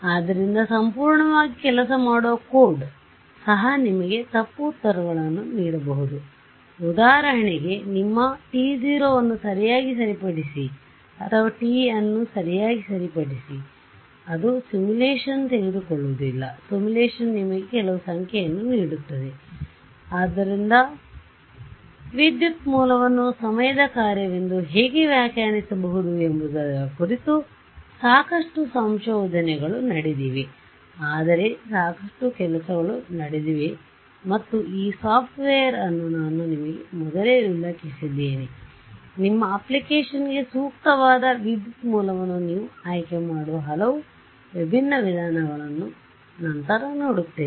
ಆದ್ದರಿಂದ ಸಂಪೂರ್ಣವಾಗಿ ಕೆಲಸ ಮಾಡುವ ಕೋಡ್ ಸಹ ನಿಮಗೆ ತಪ್ಪು ಉತ್ತರಗಳನ್ನು ನೀಡಬಹುದು ಉದಾಹರಣೆಗೆ ನಿಮ್ಮ t0 ಅನ್ನು ಸರಿಯಾಗಿ ಸರಿಪಡಿಸಿ ಅಥವಾ ಟಿ ಅನ್ನು ಸರಿಯಾಗಿ ಸರಿಪಡಿಸಿ ಅದು ಸಿಮ್ಯುಲೇಶನ್ ತೆಗೆದುಕೊಳ್ಳುವುದಿಲ್ಲ ಸಿಮ್ಯುಲೇಶನ್ ನಿಮಗೆ ಕೆಲವು ಸಂಖ್ಯೆಯನ್ನು ನೀಡುತ್ತದೆ ಆದ್ದರಿಂದವಿದ್ಯುತ್ ಮೂಲವನ್ನು ಸಮಯದ ಕಾರ್ಯವೆಂದು ಹೇಗೆ ವ್ಯಾಖ್ಯಾನಿಸುವುದು ಎಂಬುದರ ಕುರಿತು ಸಾಕಷ್ಟು ಸಂಶೋಧನೆಗಳು ನಡೆದಿವೆ ಆದರೆ ಸಾಕಷ್ಟು ಕೆಲಸಗಳು ನಡೆದಿವೆ ಮತ್ತು ಈ ಸಾಫ್ಟ್ವೇರ್ ಅನ್ನು ನಾನು ನಿಮಗೆ ಮೊದಲೇ ಉಲ್ಲೇಖಿಸಿದ್ದೇನೆ ನಿಮ್ಮ ಅಪ್ಲಿಕೇಶನ್ಗೆ ಸೂಕ್ತವಾದ ವಿದ್ಯುತ್ ಮೂಲವನ್ನು ನೀವು ಆಯ್ಕೆ ಮಾಡುವ ಹಲವು ವಿಭಿನ್ನ ವಿಧಾನಗಳನ್ನು ನಂತರ ನೋಡುತ್ತೇವೆ